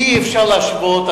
אי-אפשר להשוות.